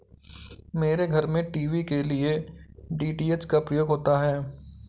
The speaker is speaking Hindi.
मेरे घर में टीवी के लिए डी.टी.एच का प्रयोग होता है